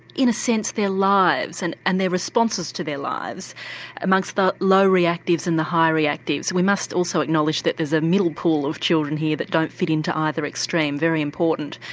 in a sense, their lives and and their responses to their lives amongst the low reactives and the high reactives. we must also acknowledge that there's a middle pool of children here that don't fit into either extreme, very important.